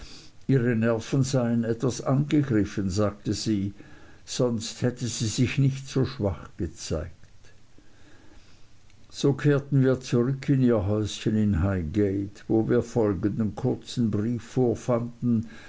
ihre nerven seien etwas angegriffen sagte sie sonst hätte sie sich nicht so schwach gezeigt so kehrten wir zurück in ihr häuschen in highgate wo wir folgenden kurzen brief vorfanden